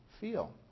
feel